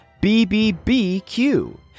BBBQ